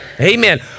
Amen